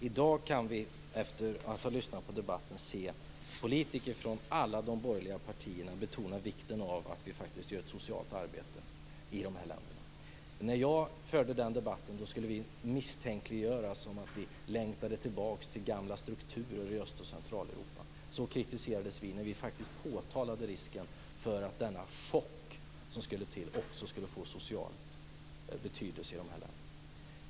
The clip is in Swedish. I dag kan vi höra politiker från alla de borgerliga partierna i debatten betona vikten av att vi gör ett socialt arbete i dessa länder. När jag förde den debatten skulle vi misstänkliggöras för att vi längtade tillbaka till gamla strukturer i Öst och Centraleuropa. Så kritiserades vi när vi påtalade risken för att denna chock som skulle till också skulle få social betydelse i dessa länder.